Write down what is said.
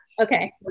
Okay